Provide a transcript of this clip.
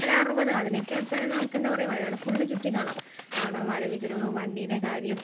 ഒരറുപത് അതിനൊക്കെ അടുത്താണെങ്കിൽ നമുക്ക് എന്താണ് പറയുക വയനാട് ഫുൾ ചുറ്റി കാണാം കാരണം വരവ് ചിലവ് വണ്ടിയുടെ കാര്യം